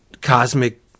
cosmic